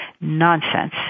nonsense